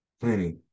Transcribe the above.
plenty